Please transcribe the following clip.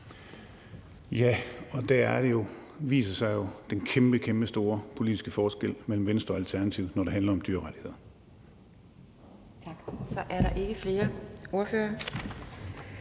(ALT): Det er jo der, den kæmpestore politiske forskel mellem Venstre og Alternativet viser sig, når det handler om dyrrettigheder.